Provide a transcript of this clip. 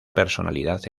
personalidad